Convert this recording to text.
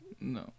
No